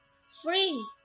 free